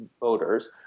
voters